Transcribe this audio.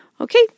Okay